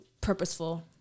purposeful